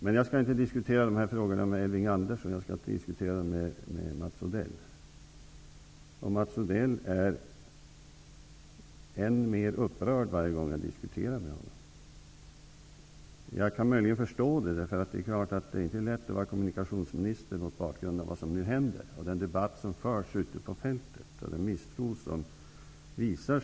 Men jag skall inte diskutera dessa frågor med Odell blir än mer upprörd för varje gång som jag diskuterar det här med honom. Jag kan möjligen förstå det, eftersom det inte kan vara lätt att var kommunikationsminister mot bakgrund av det som nu händer, den debatt som förs ute på fältet och den misstro som visas.